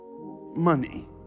Money